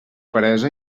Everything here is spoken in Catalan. peresa